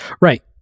Right